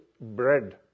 bread